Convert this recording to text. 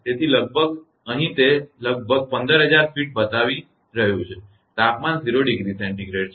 તેથી લગભગ અહીં તે લગભગ 15000 ફીટ બતાવી રહ્યું છે કે તાપમાન 0° છે